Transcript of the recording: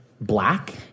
black